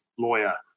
lawyer